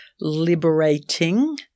liberating